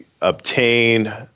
obtain